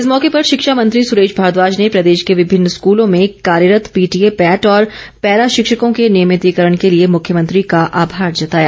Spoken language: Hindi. इस मौके पर शिक्षा मंत्री सुरेश भारद्वाज ने प्रदेश के विभिन्न स्कूलों में कार्यरत पीटीए पैट और पैरा शिक्षकों के नियमितिकरण के लिए मुख्यमंत्री का आभार जताया